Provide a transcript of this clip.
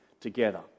together